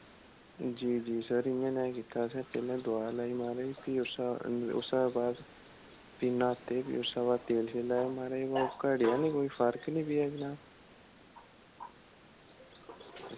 जी जी सर इ'यां नेहा कीता असें पैह्लें दोआ लाई महाराज फ्ही उस्सै उस्सै दे बाद फ्ही न्हाते ते भी उस्सै दे बाद तेल लाया महारजा ओह् घटेआ निं कोई फर्क निं पेआ जनाब